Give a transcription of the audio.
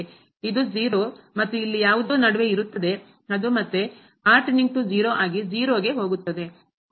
ಇದು 0 ಮತ್ತು ಇಲ್ಲಿ ಯಾವುದೋ ನಡುವೆ ಇರುತ್ತದೆ ಅದು ಮತ್ತೆ ಆಗಿ 0 ಗೆ ಹೋಗುತ್ತದೆ